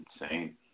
insane